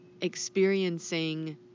experiencing